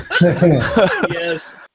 Yes